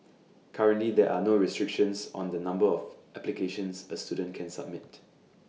currently there are no restrictions on the number of applications A student can submit